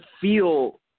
feel